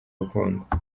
rukundo